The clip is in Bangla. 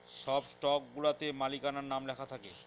সব স্টকগুলাতে মালিকানার নাম লেখা থাকে